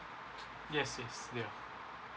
yes yes ya